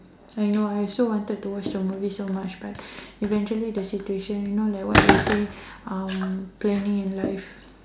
I know I also wanted to watch a movie so much but eventually the situation you know like what you say um planning in life